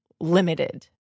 limited